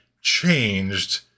changed